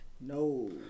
No